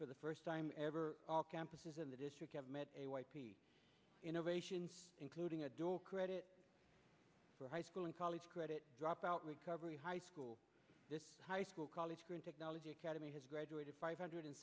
for the first time ever all campuses in the district have met a white innovations including a door credit for high school and college credit dropout recovery high school high school college current technology academy has graduated five hundred